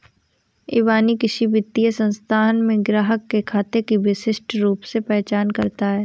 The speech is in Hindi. इबानी किसी वित्तीय संस्थान में ग्राहक के खाते की विशिष्ट रूप से पहचान करता है